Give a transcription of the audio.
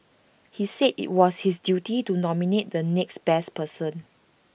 he said IT was his duty to nominate the next best person